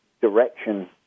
direction